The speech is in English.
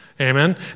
Amen